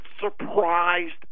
surprised